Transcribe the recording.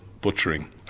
butchering